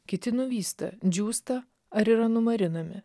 kiti nuvysta džiūsta ar yra numarinami